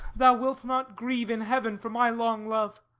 thou wilt not grieve in heaven for my long love.